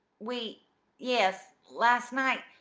we yes, last night,